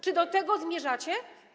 Czy do tego zmierzacie?